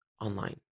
online